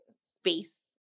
space